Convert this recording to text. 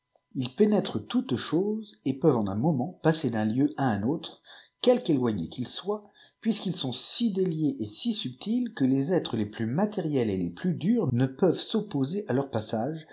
ils pénètrent toutes choses et peuvent en un moment passer d'un lieu à un autre quelifue éloigné u il soitj puisqu'ils sont si déliés él si subtils jue les êtres les plus matériels et les plus durs rie peuvent s'opposer à leur passage